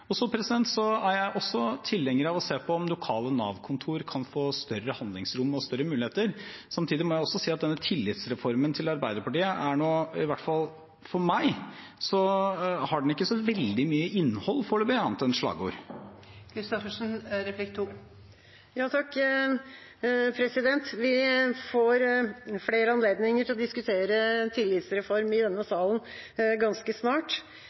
se på om lokale Nav-kontor kan få større handlingsrom og større muligheter. Samtidig må jeg si at denne tillitsreformen til Arbeiderpartiet – i hvert fall for meg – ikke har så veldig mye innhold foreløpig, annet enn slagord. Vi får flere anledninger til å diskutere tillitsreform i denne salen ganske snart.